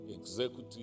executive